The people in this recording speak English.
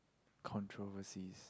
controversies